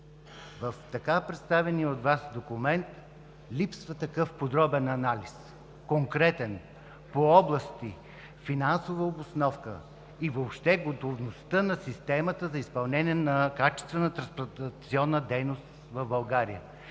В така представения от Вас документ липсва такъв подробен анализ – конкретен, по области, финансова обосновка, въобще готовността на системата за изпълнение на качествена трансплантационна дейност в България.